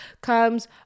comes